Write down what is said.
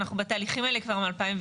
אנחנו בתהליכים האלה כבר מ-2010.